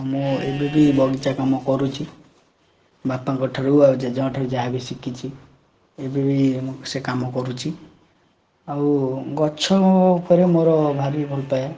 ମୁଁ ଏବେବି ବଗିଚା କାମ କରୁଛି ବାପାଙ୍କ ଠାରୁ ଆଉ ଜେଜଙ୍କ ଠାରୁ ଯାହା ବି ଶିଖିଛି ଏବେ ବି ମୁଁ ସେ କାମ କରୁଛି ଆଉ ଗଛ ଉପରେ ମୋର ଭାରି ଭଲପାଏ